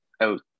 out